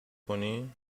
کنی